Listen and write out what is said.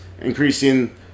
increasing